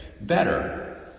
better